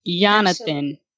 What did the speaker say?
Jonathan